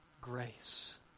grace